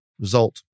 result